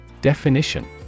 Definition